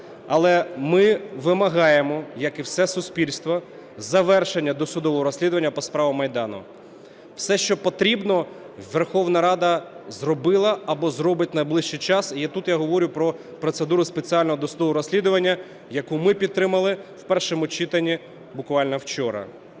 Але ми вимагаємо, як і все суспільство, завершення досудового розслідування по справах Майдану. Все, що потрібно, Верховна Рада зробила або зробить в найближчий час. І тут я говорю про процедуру спеціального досудового розслідування, яку ми підтримали в першому читанні буквально вчора.